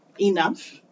enough